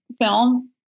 film